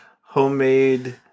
homemade